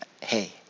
hey